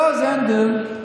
יועז הנדל,